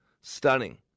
Stunning